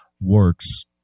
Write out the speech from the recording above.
works